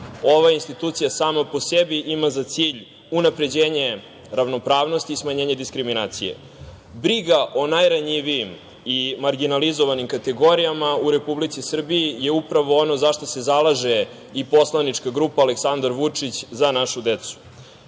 Ova institucija sama po sebi ima za cilj unapređenje ravnopravnosti i smanjenje diskriminacije. Briga o najranjivijim i marginalizovanim kategorijama u Republici Srbiji je upravo ovo za šta se zalaže i poslanička grupa Aleksandar Vučić – Za našu decu.